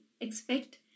expect